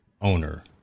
owner